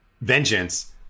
vengeance